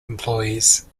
employees